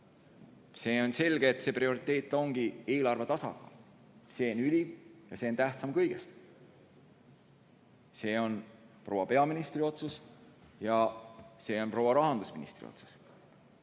On selge, et prioriteet ongi eelarve tasakaal. See on ülim ja see on tähtsam kõigest. See on proua peaministri otsus ja see on proua rahandusministri otsus.